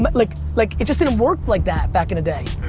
but like like it just didn't work like that back in the day.